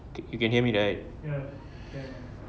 you can hear me right